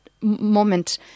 moment